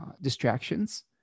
distractions